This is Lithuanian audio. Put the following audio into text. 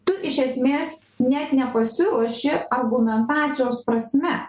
tu iš esmės net nepasiruoši argumentacijos prasme